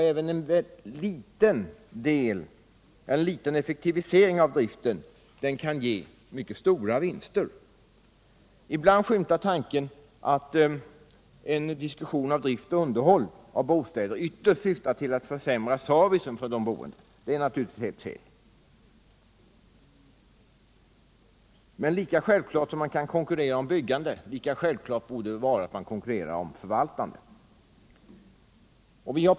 Även en liten effektivisering av driften kan ge mycket stora vinster. Ibland skymtar tanken att en diskussion av drift och underhåll av bostäder ytterst syftar till att försämra servicen för de boende. Det är naturligtvis helt fel. Men lika självklart som det är att man kan konkurrera om byggande, lika självklart borde det vara att man kan konkurrera om förvaltande. Vi har i er.